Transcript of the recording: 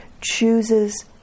chooses